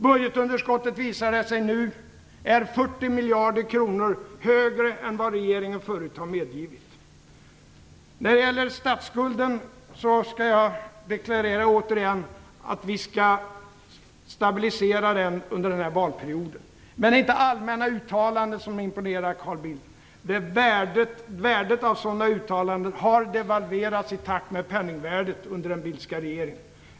Budgetunderskottet, visar det sig nu, ligger 40 miljarder kronor högre än vad regeringen förut har medgivit. När det gäller statsskulden deklarerar jag återigen att vi skall stabilisera den under den här valperioden. Men det är inte allmänna uttalanden som imponerar, Carl Bildt! Värdet av sådana uttalanden har devalverats i takt med penningvärdet under den Bildtska regeringen.